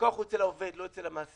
שכוח הוא אצל העובד, לא אצל המעסיק.